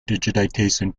digitization